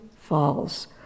falls